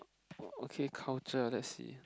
okay culture let's see